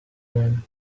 them